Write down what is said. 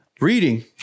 Reading